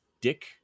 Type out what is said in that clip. dick